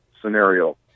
scenario